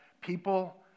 people